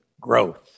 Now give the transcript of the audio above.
growth